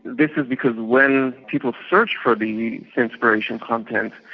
because because when people search for the inspiration content,